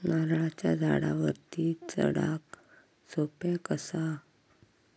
नारळाच्या झाडावरती चडाक सोप्या कसा?